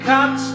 Cut